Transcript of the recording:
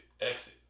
exit